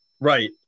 Right